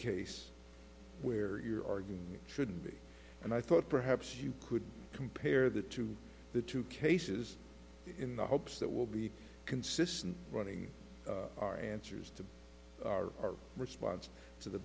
case where you're arguing should be and i thought perhaps you could compare that to the two cases in the hopes that will be consistent running our answers to our response to the